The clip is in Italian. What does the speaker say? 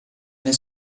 nel